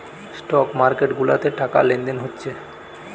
stock market গুলাতে টাকা লেনদেন হচ্ছে